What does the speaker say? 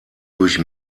durch